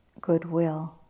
goodwill